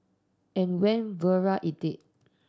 and went viral it did